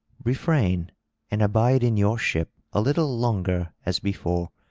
refrain and abide in your ship a little longer as before,